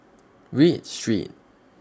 Read Street